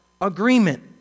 agreement